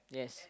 yes